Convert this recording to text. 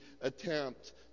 attempt